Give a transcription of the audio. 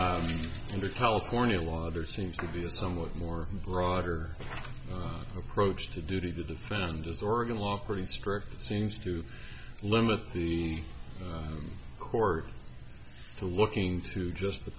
in the california law there seems to be a somewhat more broader approach to duty to defend as oregon law pretty strict seems to limit the court to looking to just the